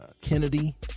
kennedy